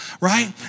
right